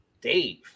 Dave